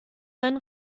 sein